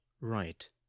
right